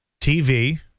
TV